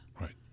Right